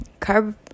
Carb